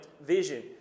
vision